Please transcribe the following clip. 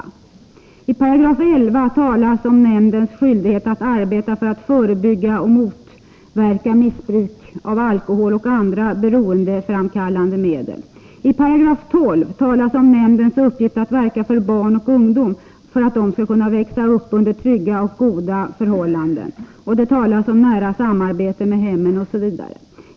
I 11 § talas om nämndens skyldighet att arbeta för att förebygga och motverka missbruk av alkohol och andra beroendeframkallande medel. I 12 § talas om nämndens uppgift att verka för barn och ungdom för att de skall kunna växa upp under trygga och goda förhållanden, och det talas om nära samarbete med hemmen osv.